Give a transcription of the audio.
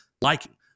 liking